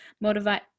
motivate